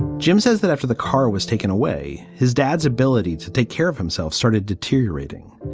jim says that after the car was taken away, his dad's ability to take care of himself started deteriorating.